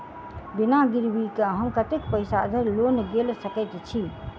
बिना गिरबी केँ हम कतेक पैसा धरि लोन गेल सकैत छी?